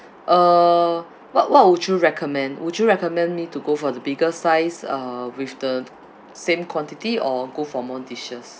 uh what what would you recommend would you recommend me to go for the bigger size uh with the same quantity or go for more dishes